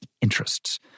interests